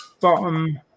bottom